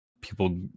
People